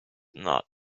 not